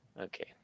okay